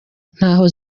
ntaho